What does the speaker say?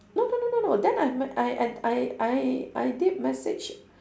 no no no no no then I my I I I I I did message